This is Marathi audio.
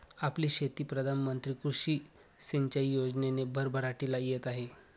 आपली शेती प्रधान मंत्री कृषी सिंचाई योजनेने भरभराटीला येत आहे